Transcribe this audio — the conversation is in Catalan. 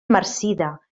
marcida